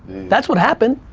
that's what happened.